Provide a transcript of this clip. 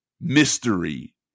mystery